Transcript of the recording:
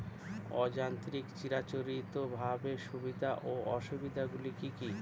অযান্ত্রিক চিরাচরিতভাবে সুবিধা ও অসুবিধা গুলি কি কি?